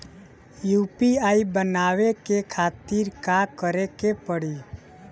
UPI बनावे के खातिर का करे के पड़ी?